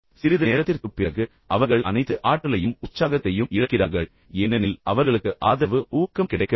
சிறிது நேரத்திற்குப் பிறகு அவர்கள் அனைத்து ஆற்றலையும் உற்சாகத்தையும் இழக்கிறார்கள் ஏனெனில் அவர்களுக்கு ஆதரவு கிடைக்கவில்லை அவர்களுக்கு எந்த ஊக்கமும் கிடைக்கவில்லை